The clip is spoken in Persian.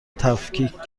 تفکیک